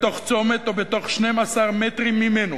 "(1) בתוך צומת או בתחום 12 מטרים ממנו,